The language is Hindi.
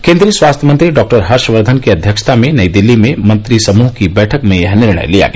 केन्द्रीय स्वास्थ्य गंत्री डॉ हर्षवर्धन की अध्यक्षता में नई दिल्ली में मंत्रिसमूह की बैठक में यह निर्णय लिया गया